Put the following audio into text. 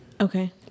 okay